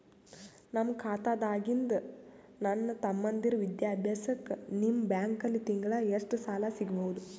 ನನ್ನ ಖಾತಾದಾಗಿಂದ ನನ್ನ ತಮ್ಮಂದಿರ ವಿದ್ಯಾಭ್ಯಾಸಕ್ಕ ನಿಮ್ಮ ಬ್ಯಾಂಕಲ್ಲಿ ತಿಂಗಳ ಎಷ್ಟು ಸಾಲ ಸಿಗಬಹುದು?